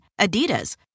Adidas